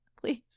please